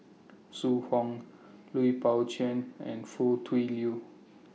Zhu Hong Lui Pao Chuen and Foo Tui Liew